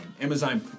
Amazon